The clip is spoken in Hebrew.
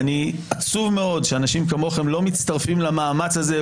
אני עצוב מאוד שאנשים כמוכם לא מצטרפים למאמץ הזה,